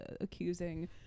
accusing